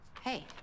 Hey